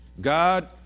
God